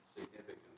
significant